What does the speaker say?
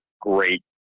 great